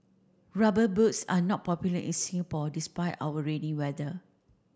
rubber boots are not popular in Singapore despite our rainy weather